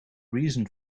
reason